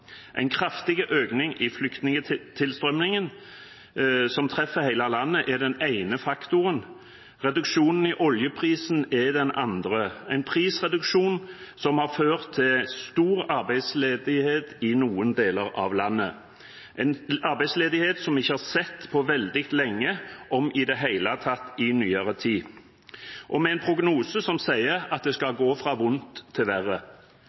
En kraftig økning i flyktningtilstrømmingen, som treffer hele landet, er den ene faktoren. Reduksjonen i oljeprisen er den andre – en prisreduksjon som har ført til stor arbeidsledighet i noen deler av landet, en arbeidsledighet vi ikke har sett på veldig lenge, om i det hele tatt i nyere tid, og med en prognose som sier at det skal gå fra vondt til verre.